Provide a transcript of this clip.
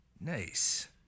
Nice